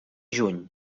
juny